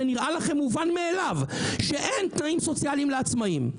זה נראה לכם מובן מאליו שאין תנאים סוציאליים לעצמאים.